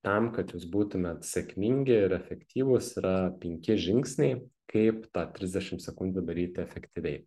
tam kad jūs būtumėt sėkmingi ir efektyvūs yra penki žingsniai kaip tą trisdešim sekundžių daryti efektyviai